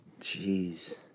Jeez